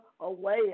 away